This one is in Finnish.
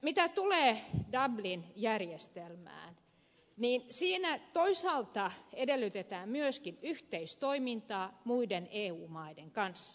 mitä tulee dublin järjestelmään niin siinä toisaalta edellytetään myöskin yhteistoimintaa muiden eu maiden kanssa